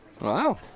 Wow